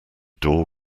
door